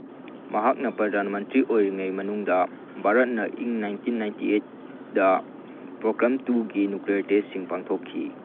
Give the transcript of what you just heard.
ꯃꯍꯥꯛꯅ ꯄ꯭ꯔꯙꯥꯟ ꯃꯟꯇ꯭ꯔꯤ ꯑꯣꯏꯔꯤꯉꯩꯒꯤ ꯃꯅꯨꯡꯗ ꯚꯥꯔꯠꯅ ꯏꯪ ꯅꯥꯏꯟꯇꯤ ꯑꯩꯠꯗ ꯄꯣꯀ꯭ꯔꯟ ꯇꯨꯒꯤ ꯅ꯭ꯌꯨꯀ꯭ꯂꯤꯌꯔ ꯇꯦꯁꯁꯤꯡ ꯄꯥꯡꯊꯣꯛꯈꯤ